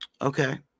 okay